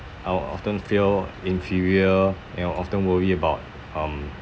I will often feel inferior and I often worry about um